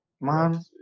man